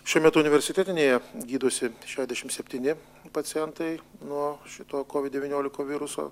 šiuo metu universitetinėje gydosi šešdešim septyni pacientai nuo šito covid devynioliko viruso